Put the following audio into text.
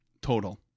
total